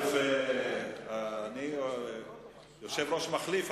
אני יושב-ראש מחליף,